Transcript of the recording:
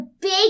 big